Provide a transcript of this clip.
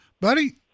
Buddy